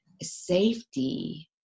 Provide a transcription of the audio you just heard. safety